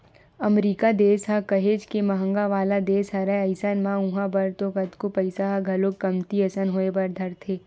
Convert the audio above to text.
अमरीका देस ह काहेच के महंगा वाला देस हरय अइसन म उहाँ बर तो कतको पइसा ह घलोक कमती असन होय बर धरथे